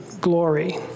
Glory